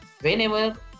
Whenever